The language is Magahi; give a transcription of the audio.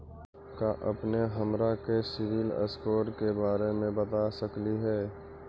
का अपने हमरा के सिबिल स्कोर के बारे मे बता सकली हे?